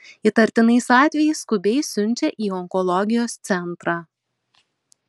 įtartinais atvejais skubiai siunčia į onkologijos centrą